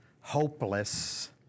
hopeless